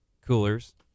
coolers